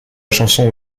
chanson